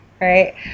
right